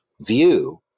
view